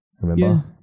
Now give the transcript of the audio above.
Remember